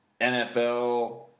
NFL